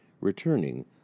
returning